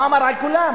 מה אמר על כולם,